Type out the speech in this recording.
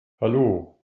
hallo